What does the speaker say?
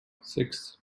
six